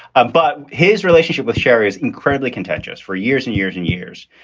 ah but his relationship with sherry is incredibly contentious for years and years and years.